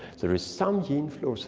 there is some gene flow, so